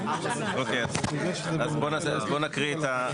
הארצי לפעול בתחום מרחב התכנון של רשות רישוי